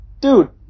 dude